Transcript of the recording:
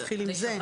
נתחיל עם זה.